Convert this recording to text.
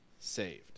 saved